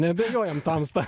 neabejojam tamsta